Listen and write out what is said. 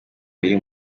biri